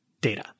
data